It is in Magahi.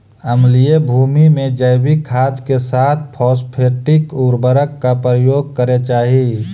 अम्लीय भूमि में जैविक खाद के साथ फॉस्फेटिक उर्वरक का प्रयोग करे चाही